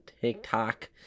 TikTok